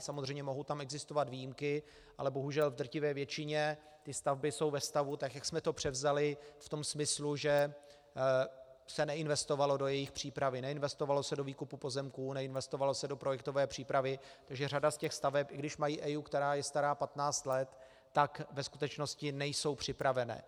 Samozřejmě mohou tam existovat výjimky, ale bohužel v drtivé většině ty stavby jsou ve stavu, jak jsme to převzali, v tom smyslu, že se neinvestovalo do jejich přípravy, neinvestovalo se do výkupu pozemků, neinvestovalo se do projektové přípravy, takže řada z těch staveb, i když mají EIA, která je stará patnáct let, tak ve skutečnosti není připravena.